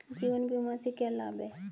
जीवन बीमा से क्या लाभ हैं?